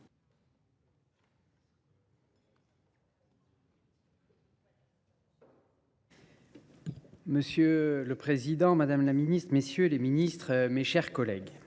Monsieur le Président, Mesdames, Messieurs les Ministres, Mes chers collègues,